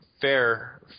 fair